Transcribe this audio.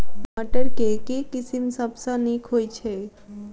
मटर केँ के किसिम सबसँ नीक होइ छै?